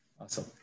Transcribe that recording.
Awesome